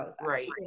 Right